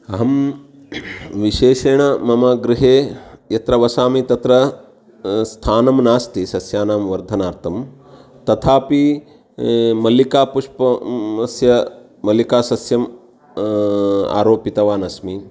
अहं विशेषेण मम गृहे यत्र वसामि तत्र स्थानं नास्ति सस्यानां वर्धनार्थं तथापि मल्लिकापुष्पम् अस्य मल्लिकासस्यम् आरोपितवानस्मि